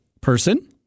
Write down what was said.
person